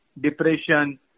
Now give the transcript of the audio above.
depression